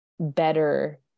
better